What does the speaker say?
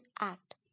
Act